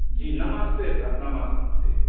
जी नमस्ते सर नमस्ते